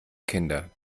kinder